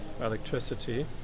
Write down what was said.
electricity